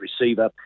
receiver